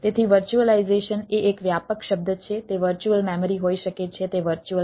તેથી વર્ચ્યુઅલાઈઝેશન એ એક વ્યાપક શબ્દ છે તે વર્ચ્યુઅલ મેમરી કરીને